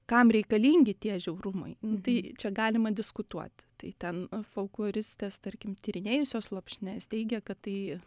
kam reikalingi tie žiaurumai tai čia galima diskutuot tai ten folkloristės tarkim tyrinėjusios lopšines teigia kad tai